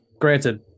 Granted